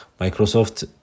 Microsoft